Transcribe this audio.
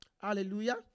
hallelujah